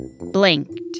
blinked